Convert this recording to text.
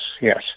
Yes